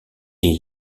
est